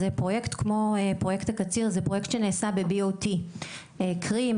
זה פרויקט כמו פרויקט הקציר זה פרויקט שנעשה ב- BOT. קרי,